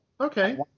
Okay